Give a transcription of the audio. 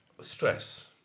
stress